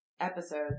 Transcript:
episodes